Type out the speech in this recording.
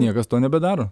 niekas to nebedaro